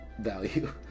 value